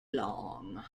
long